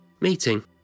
Meeting